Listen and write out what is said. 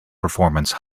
performance